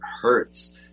hurts